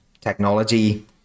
technology